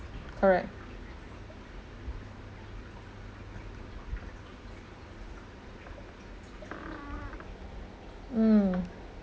correct mm